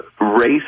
race